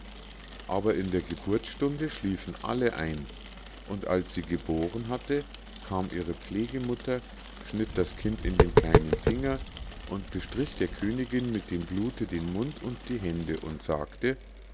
aber in der geburtsstunde schliefen alle ein und als sie geboren hatte kam ihre pflegemutter schnitt das kind in den kleinen finger und bestrich der königinn mit dem blute den mund und die hände und sagte